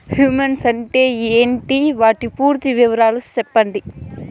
Humus అంటే ఏంటి? వాటి పూర్తి వివరాలు సెప్పండి?